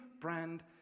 brand